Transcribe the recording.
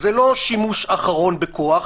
זה לא שימוש אחרון בכוח,